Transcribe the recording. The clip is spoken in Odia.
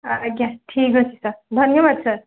ଆଜ୍ଞା ଠିକ୍ ଅଛି ସାର୍ ଧନ୍ୟବାଦ ସାର୍